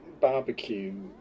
barbecue